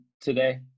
today